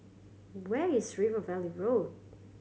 where is River Valley Road